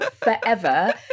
forever